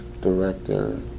director